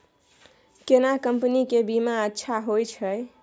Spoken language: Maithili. केना कंपनी के बीमा अच्छा होय छै?